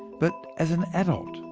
but as an adult.